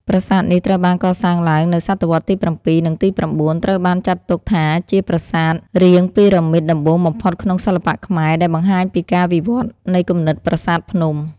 ប្រាសាទនេះត្រូវបានកសាងឡើងនៅសតវត្សរ៍ទី៧ និងទី៩ ហើយត្រូវបានចាត់ទុកថាជាប្រាសាទរាងពីរ៉ាមីតដំបូងបំផុតក្នុងសិល្បៈខ្មែរ ដែលបង្ហាញពីការវិវត្តន៍នៃគំនិត "ប្រាសាទភ្នំ"។